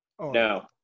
no